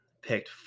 picked